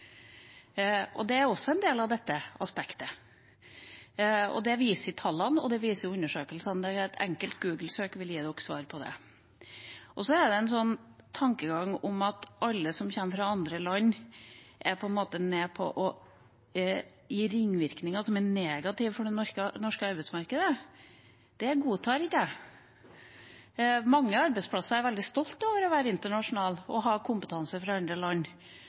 Det er også en del av dette aspektet. Det viser tallene og det viser undersøkelsene, et enkelt googlesøk vil gi dere svaret på det. Så er det en tankegang om at alle som kommer fra andre land, på en måte er med på å gi negative ringvirkninger for det norske arbeidsmarkedet. Det godtar ikke jeg. Mange arbeidsplasser er veldig stolt av å være internasjonale og ha kompetanse fra andre land.